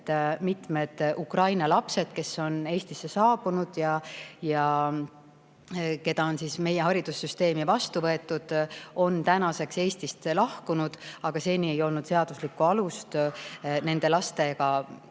mitmed Ukraina lapsed, kes on Eestisse saabunud ja kes on meie haridussüsteemi vastu võetud, on tänaseks Eestist lahkunud, aga seni ei ole olnud seaduslikku alust nende laste